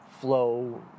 flow